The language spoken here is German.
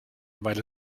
weil